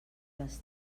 les